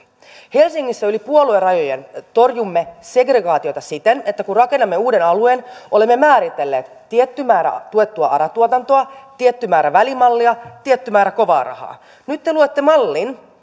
helsingissä yli puoluerajojen torjumme segregaatiota siten että kun rakennamme uuden alueen olemme määritelleet tietty määrä tuettua ara tuotantoa tietty määrä välimallia tietty määrä kovaarahaa nyt te luotte mallin